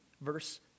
Verse